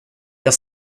jag